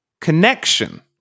connection